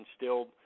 instilled